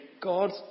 god